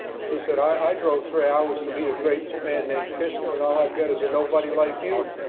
she said, i drove three hours to meet a great man named kissinger, and all i've got is a nobody like you.